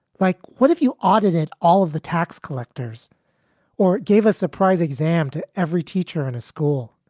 like what if you audited all of the tax collectors or gave a surprise exam to every teacher in a school?